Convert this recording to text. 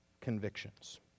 convictions